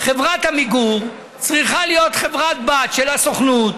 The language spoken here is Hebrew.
למה חברת עמיגור צריכה להיות חברת בת של הסוכנות?